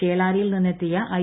ചേളാരിയിൽ നിന്നെത്തിയ ഐ